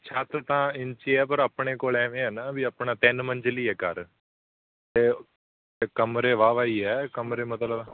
ਛੱਤ ਤਾਂ ਇਨਚੀ ਹੈ ਪਰ ਆਪਣੇ ਕੋਲ ਐਵੇਂ ਹੈ ਨਾ ਵੀ ਆਪਣਾ ਤਿੰਨ ਮੰਜ਼ਲੀ ਹੈ ਘਰ ਅਤੇ ਅਤੇ ਕਮਰੇ ਵਾਹ ਵਾਹ ਹੀ ਹੈ ਕਮਰੇ ਮਤਲਬ